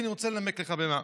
אני רוצה לתת לנמק לך במה.